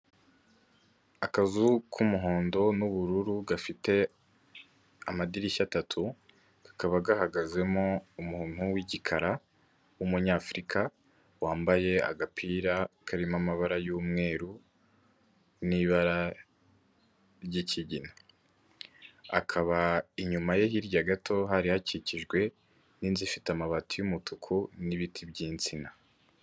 Akazu k'umuhondo n'ubururu gafite amadirishya atatu kakaba gahagazemo umuntu w'igikara w'umunyafurika, wambaye agapira karimo amabara y'umweru n'ibara ry’ikigina, inyuma ye hirya gato hari hakikijwe n'inzu ifite amabati y’umutuku n'ibiti by'insina.